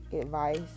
advice